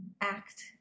act